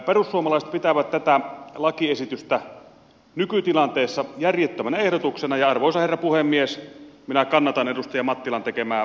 perussuomalaiset pitävät tätä lakiesitystä nykytilanteessa järjettömänä ehdotuksena ja arvoisa herra puhemies minä kannatan edustaja mattilan tekemään hylkäysehdotusta